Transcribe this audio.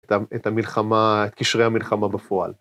את המלחמה, את קשרי המלחמה בפועל.